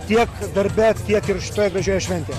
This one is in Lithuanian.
tiek darbe tiek ir šitoje gražioje šventėje